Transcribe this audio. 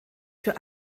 für